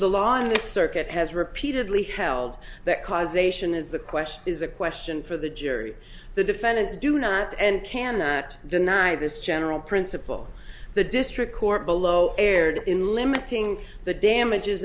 the circuit has repeatedly held that causation is the question is a question for the jury the defendants do not and cannot deny this general principle the district court below erred in limiting the damages